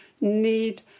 need